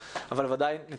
שוב, תודה רבה.